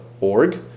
org